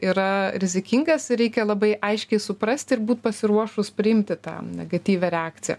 yra rizikingas reikia labai aiškiai suprasti ir būti pasiruošus priimti tą negatyvią reakciją